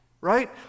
right